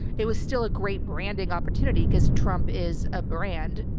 it was still a great branding opportunity because trump is a brand.